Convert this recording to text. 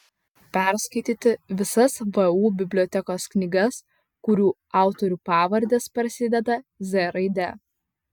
perskaityti visas vu bibliotekos knygas kurių autorių pavardės prasideda z raide